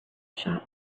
shop